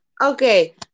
Okay